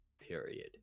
period